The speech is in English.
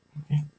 okay